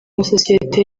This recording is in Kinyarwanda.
masosiyete